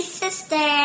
sister